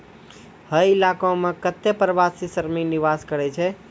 हय इलाको म कत्ते प्रवासी श्रमिक निवास करै छै